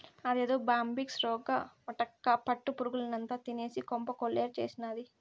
అదేదో బ్యాంబిక్స్ రోగమటక్కా పట్టు పురుగుల్నంతా తినేసి కొంప కొల్లేరు చేసినాది